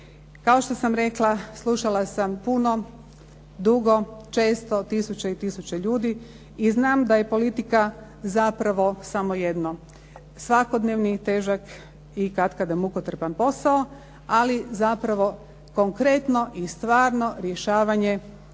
Kao što sam rekla, slušala sam puno, dugo, često tisuće i tisuće ljudi i znam da je politika zapravo samo jedno, svakodnevni i težak i katkada mukotrpan posao, ali zapravo konkretno i stvarno rješavanje